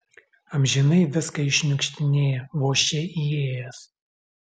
amžinai viską iššniukštinėja vos čia įėjęs